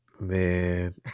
Man